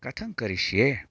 कथं करिष्ये